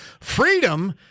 freedom